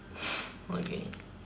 okay